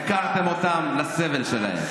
הפקרתם אותם לסבל שלהם.